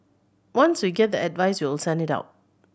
once we get the advice we'll send it out